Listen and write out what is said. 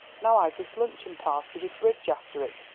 now i've this luncheon party, with bridge after it,